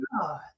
God